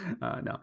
no